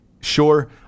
Sure